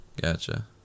Gotcha